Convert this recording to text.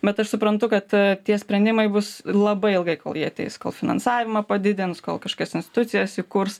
bet aš suprantu kad tie sprendimai bus labai ilgai kol jie ateis kol finansavimą padidins kol kažkokias institucijas įkurs